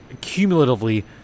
cumulatively